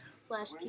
slash